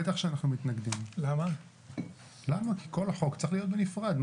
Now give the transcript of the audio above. בטח שאנחנו מתנגדים, כי כל החוק צריך להיות בנפרד.